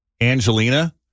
Angelina